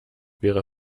wäre